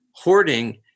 Hoarding